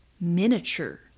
Miniature